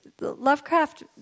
Lovecraft